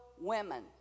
women